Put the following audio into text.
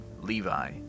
Levi